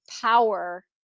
power